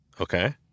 Okay